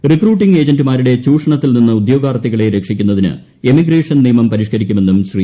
recruiting ഏജന്റുമാരുടെ ചൂഷണത്തിൽ നിന്ന് ഉദ്യോഗാർത്ഥികളെ രക്ഷിക്കുന്നതിന് എമിഗ്രേഷൻ നിയമം പരിഷ്ക്കരിക്കുമെന്നും ശ്രീ